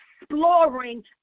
exploring